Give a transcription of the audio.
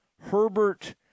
Herbert